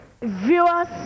Viewers